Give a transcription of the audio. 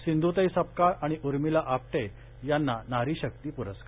सिंधुताई सपकाळ आणि उर्मिला आपटे यांना नारीशक्ती प्रस्कार